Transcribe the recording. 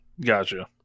Gotcha